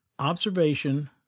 Observation